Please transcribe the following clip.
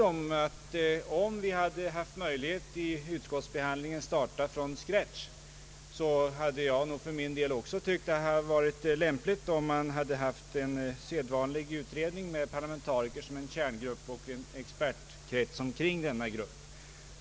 Om vi haft möjlighet att i utskottsbehandlingen starta från scratch skulle också jag ha tyckt att det hade varit lämpligt att göra en sedvanlig utredning med en kärngrupp av parlamentariker och en expertkrets kring denna grupp.